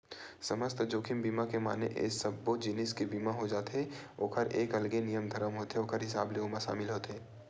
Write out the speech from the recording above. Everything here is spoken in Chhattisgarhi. समस्त जोखिम बीमा के माने एमा सब्बो जिनिस के बीमा हो जाथे ओखर एक अलगे नियम धरम होथे ओखर हिसाब ले ओमा सामिल होथे